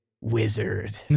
wizard